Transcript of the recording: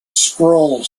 scroll